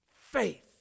Faith